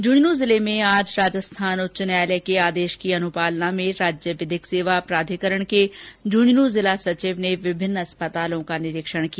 झे झन् जिले में आज राजस्थान उच्च न्यायालय के आदेश की पालना में राज्य विधिक सेवा प्राधिकरण के झूंझनूं जिला सचिव ने विभिन्न अस्पतालों का निरीक्षण किया